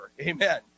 Amen